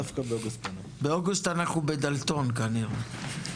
באוגוסט אנחנו בדלתון כנראה.